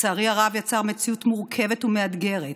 לצערי הרב, יצר מציאות מורכבת ומאתגרת